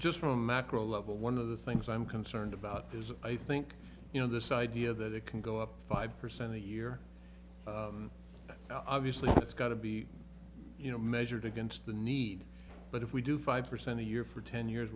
just from a macro level one of the things i'm concerned about is i think you know this idea that it can go up five percent a year obviously it's got to be you know measured against the need but if we do five percent a year for ten years